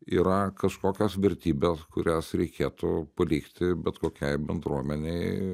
yra kažkokios vertybės kurias reikėtų palikti bet kokiai bendruomenei